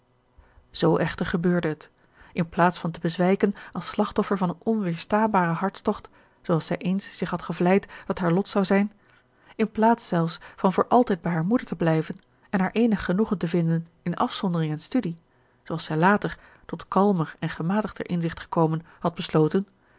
echter gebeurde het inplaats van te bezwijken als slachtoffer van een onweerstaanbaren hartstocht zooals zij eens zich had gevleid dat haar lot zou zijn inplaats zelfs van voor altijd bij hare moeder te blijven en haar eenig genoegen te vinden in afzondering en studie zooals zij later tot kalmer en gematigder inzicht gekomen had besloten